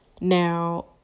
now